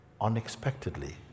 unexpectedly